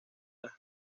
las